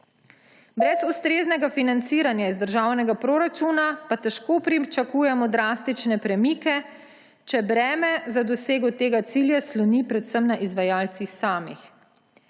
Brez ustreznega financiranja iz državnega proračuna pa težko pričakujemo drastične premike, če breme za dosego tega cilja sloni predvsem na izvajalcih samih.